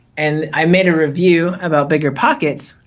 and i made a review about biggerpockets,